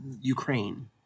Ukraine